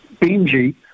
Benji